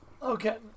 Okay